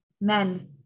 men